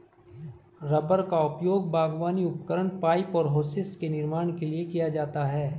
rubber का उपयोग बागवानी उपकरण, पाइप और होसेस के निर्माण के लिए किया जाता है